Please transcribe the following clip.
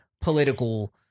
political